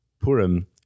Purim